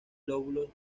lóbulos